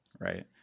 Right